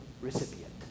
recipient